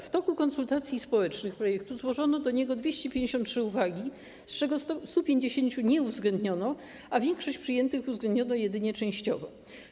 W toku konsultacji społecznych projektu zgłoszono do niego 253 uwagi, z czego 150 nie uwzględniono, a większość przyjętych uwzględniono jedynie częściowo.